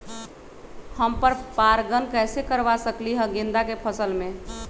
हम पर पारगन कैसे करवा सकली ह गेंदा के फसल में?